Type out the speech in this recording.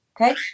Okay